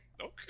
okay